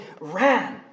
ran